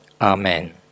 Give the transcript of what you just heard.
Amen